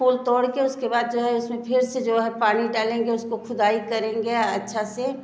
फूल तोड़ के उसके बाद जो हैं उसमें फिर से जो है पानी डालेंगे उसको खुदाई करेंगे अच्छा से